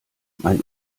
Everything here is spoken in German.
mein